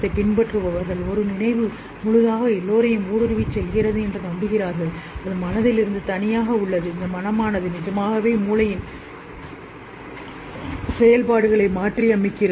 ப Buddhist த்தர்கள் நம்புகிறார்கள் இது எல்லாவற்றையும் பரப்புகிறது இது மனதில் இருந்து தனி அது உண்மையில் மூளையின் செயல்பாட்டை மாற்றுகிறது